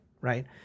right